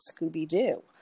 Scooby-Doo